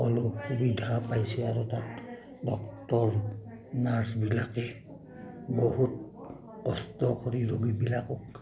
অলপ সুবিধা পাইছে আৰু তাত ডক্তৰ নাৰ্ছবিলাকে বহুত কষ্ট কৰি ৰোগীবিলাকক